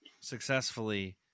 successfully